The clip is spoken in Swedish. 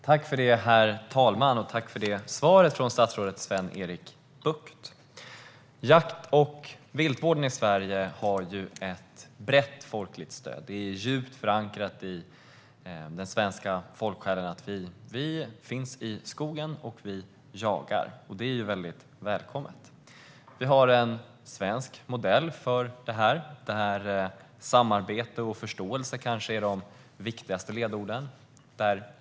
Herr talman! Jag tackar statsrådet Sven-Erik Bucht för svaret. Jakt och viltvård har ett brett folkligt stöd i Sverige. Det är djupt förankrat i den svenska folksjälen att vara i skogen och jaga, och det är välkommet. Vi har en svensk modell för detta där samarbete och förståelse kanske är de viktigaste ledorden.